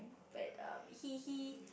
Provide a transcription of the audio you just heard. but um he he